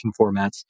formats